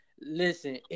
Listen